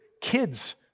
kids